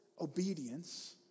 obedience